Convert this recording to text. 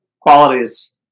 qualities